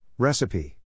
Recipe